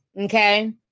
Okay